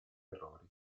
errori